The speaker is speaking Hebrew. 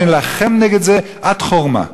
ונילחם נגד זה עד חורמה.